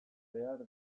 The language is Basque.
behar